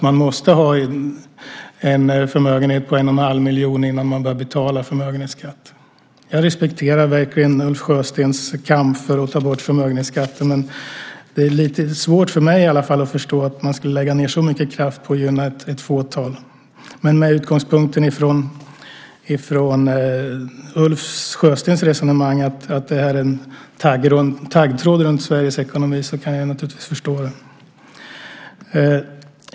Man måste ju ha en förmögenhet på 1 1⁄2 miljon innan man börjar betala förmögenhetsskatt. Jag respekterar Ulf Sjöstens kamp för att få bort förmögenhetsskatten, även om det är lite svårt för mig att förstå att man lägger ned så mycket kraft på att gynna ett fåtal. Men med utgångspunkt i Ulf Sjöstens resonemang, att förmögenhetsskatten är som en taggtråd runt Sveriges ekonomi, kan jag naturligtvis förstå det.